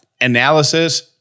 analysis